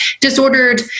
disordered